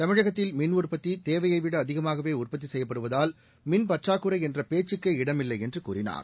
தமிழகத்தில் மின் உற்பத்தி தேவையைவிட அதிகமாகவே உற்பத்தி செய்யப்படுவதால் மின் பற்றாக்குறை என்ற பேச்சுக்கே இடமில்லை என்று கூறினார்